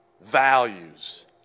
values